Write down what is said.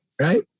right